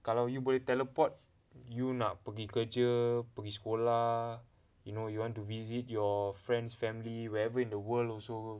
kalau you boleh teleport you nak pergi kerja pergi sekolah you know you want to visit your friends family wherever in the world also